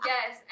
Yes